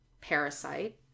parasite